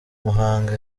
muhanga